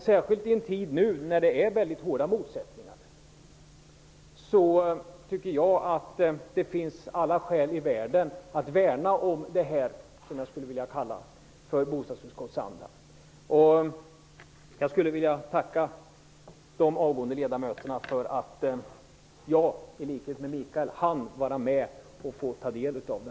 Särskilt nu när det finns mycket hårda motsättningar tycker jag att det finns alla skäl i världen att värna om det som jag skulle vilja kalla för bostadsutskottsanda. Jag vill tacka de avgående ledamöterna för att jag, i likhet med Mikael Odenberg, hann få ta del av den.